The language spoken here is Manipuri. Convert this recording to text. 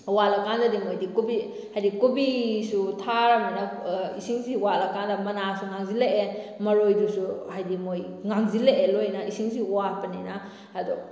ꯋꯥꯠꯂꯀꯥꯟꯗꯗꯤ ꯃꯣꯏꯗꯤ ꯀꯣꯕꯤ ꯍꯥꯏꯗꯤ ꯀꯣꯕꯤꯁꯨ ꯊꯥꯔꯃꯤꯅ ꯏꯁꯤꯡꯁꯤ ꯋꯥꯠꯂꯀꯥꯟꯗ ꯃꯅꯥꯁꯨ ꯉꯥꯡꯁꯤꯜꯂꯛꯑꯦ ꯃꯔꯣꯏꯗꯨꯁꯨ ꯍꯥꯏꯗꯤ ꯃꯣꯏ ꯉꯥꯡꯁꯤꯜꯂꯛꯑꯦ ꯂꯣꯏꯅ ꯏꯁꯤꯡꯁꯨ ꯋꯥꯠꯄꯅꯤꯅ ꯑꯗꯣ